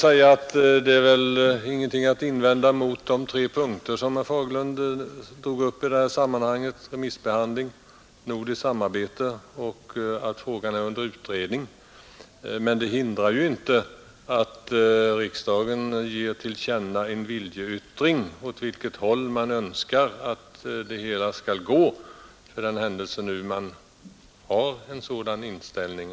Det är väl ingenting att invända mot de tre punkter som herr Fagerlund nämnde i sammanhanget: remissbehandling, nordiskt samarbete och att frågan är under utredning. Men det hindrar ju inte att riksdagen ger till känna en viljeyttring och säger åt vilket håll man önskar att det hela skall gå, för den händelse man nu har en sådan uppfattning.